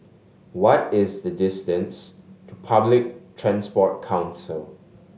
what is the distance to Public Transport Council